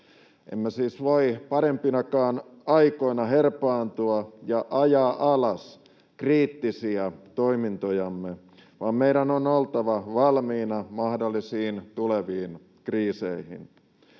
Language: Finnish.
Emme siis voi parempinakaan aikoina herpaantua ja ajaa alas kriittisiä toimintojamme, vaan meidän on oltava valmiina mahdollisiin tuleviin kriiseihin.